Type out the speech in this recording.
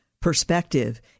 perspective